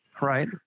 right